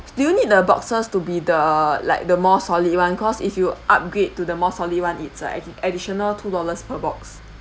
do you need the boxes to be the like the more solid [one] cause if you upgrade to the more solid [one] it's uh additional two dollars per box